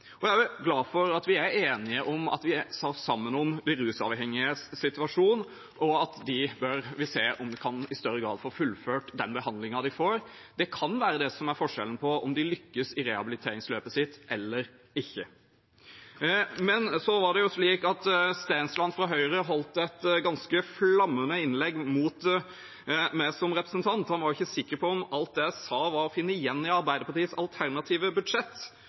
Jeg er også glad for at vi er enige om at vi står sammen om de rusavhengiges situasjon, og at vi bør se om de i større grad kan få fullført den behandlingen de får. Det kan være det som er forskjellen på om de lykkes i rehabiliteringsløpet sitt eller ikke. Så var det slik at Stensland fra Høyre holdt et ganske flammende innlegg mot meg som representant. Han var ikke sikker på om alt det jeg sa, var å finne igjen i Arbeiderpartiets alternative budsjett,